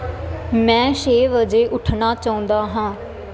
ਮੈਂ ਛੇ ਵਜੇ ਉੱਠਣਾ ਚਾਹੁੰਦਾ ਹਾਂ